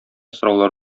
сораулар